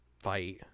fight